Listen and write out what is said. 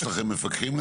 יש לכם מפקחים?